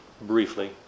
briefly